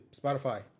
Spotify